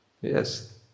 Yes